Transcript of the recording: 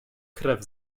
krew